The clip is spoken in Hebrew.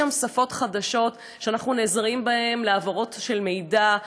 יש היום שפות חדשות שאנחנו נעזרים בהן להעברה של מידע,